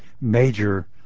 major